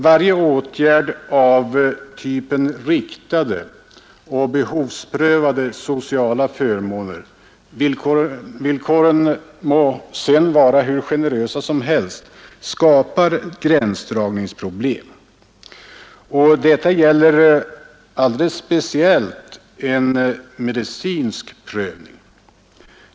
Varje ätgärd av typen riktade och behovsprövade sociala förmåner — villkoren mä sedan vara hur generösa som helst — skapar gränsdragningsproblem. Detta gäller alldeles speciellt den medicinska prövningen.